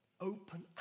Open